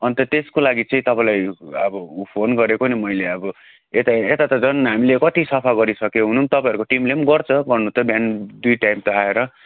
अन्त त्यसको लागि चाहिँ तपाईँलाई अब फोन गरेको नि मैले अब यता यता त झन् हामीले कति सफा गरिसक्यो हुनु पनि तपाईँहरूको टिमले पनि गर्छ गर्नु त बिहान दुई टाइम त आएर